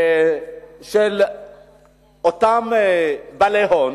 של אותם בעלי הון,